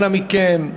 אנא מכם,